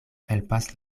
helpas